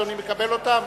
אדוני מקבל אותן?